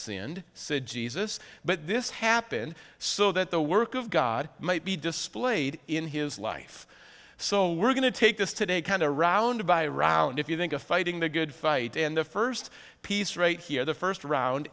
and said jesus but this happened so that the work of god might be displayed in his life so we're going to take this today kind of a round by round if you think of fighting the good fight and the first piece right here the first round